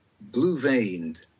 blue-veined